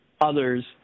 others